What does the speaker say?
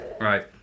Right